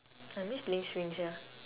I miss playing swing sia